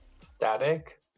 static